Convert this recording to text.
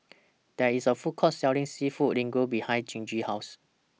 There IS A Food Court Selling Seafood Linguine behind Gigi's House